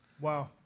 Wow